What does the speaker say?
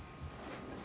okay